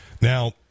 now